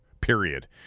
period